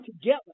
together